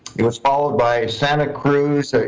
it was followed by santa cruz,